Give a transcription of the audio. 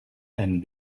and